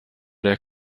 der